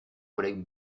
collègue